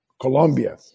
Colombia